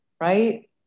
right